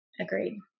Agreed